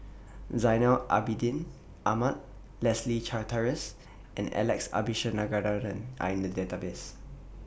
Zainal Abidin Ahmad Leslie Charteris and Alex Abisheganaden Are in The Database